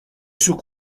sous